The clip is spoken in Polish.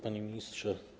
Panie Ministrze!